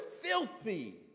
filthy